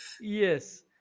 Yes